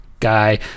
guy